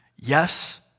Yes